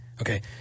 Okay